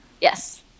Yes